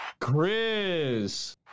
Chris